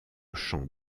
chant